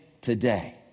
today